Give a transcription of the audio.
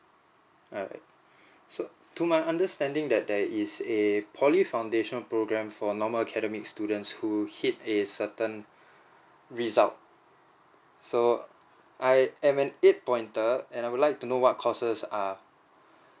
alright so~ to my understanding that there is a poly foundation program for normal academic student school hit a certain result so I'm an eight pointer and I would like to know what courses are